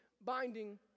binding